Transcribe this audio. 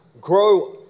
grow